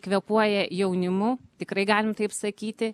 kvėpuoja jaunimu tikrai galim taip sakyti